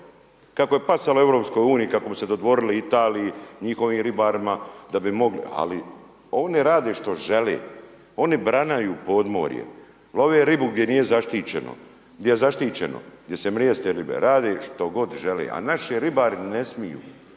kako je pasalo EU kako bi se dodvorili Italiji, njihovim ribarima da bi mogli. Ali oni rade što žele, oni branaju podmorjem, love ribu gdje nije zaštićeno, gdje je zaštićeno, gdje se mrijeste ribe, rade što god žele a naši ribari ne smiju.